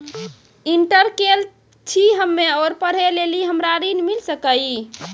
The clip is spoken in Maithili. इंटर केल छी हम्मे और पढ़े लेली हमरा ऋण मिल सकाई?